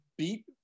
beat